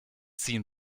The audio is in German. ziehen